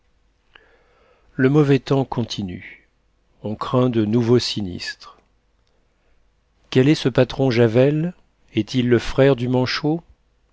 le mauvais temps continue on craint de nouveaux sinistres quel est ce patron javel est-il le frère du manchot